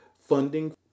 funding